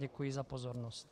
Děkuji za pozornost.